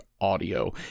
audio